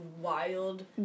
wild